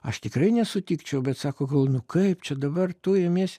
aš tikrai nesutikčiau bet sako galvojau nu kaip čia dabar tu imies